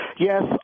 Yes